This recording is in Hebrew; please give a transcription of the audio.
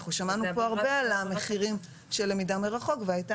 ואנחנו שמענו פה הרבה על המחירים של למידה מרחוק והייתה